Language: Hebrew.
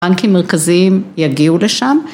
‫בנקים מרכזיים יגיעו לשם.